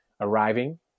arriving